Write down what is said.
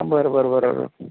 बरं बरं बरं बरं